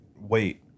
wait